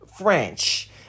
French